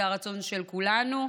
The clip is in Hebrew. זה הרצון של כולנו,